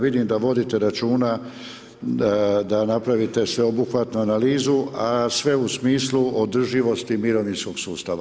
Vidim da vodite računa, da napravite sveobuhvatnu analizu, a sve u smislu održivosti mirovinskog sustava.